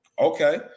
Okay